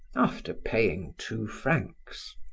after paying two francs.